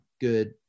good